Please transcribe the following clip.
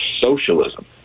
socialism